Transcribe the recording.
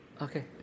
Okay